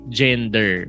gender